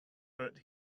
but